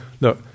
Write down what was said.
look